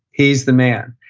he's the man.